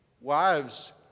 Wives